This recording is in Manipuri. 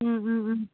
ꯎꯝ ꯎꯝ ꯎꯝ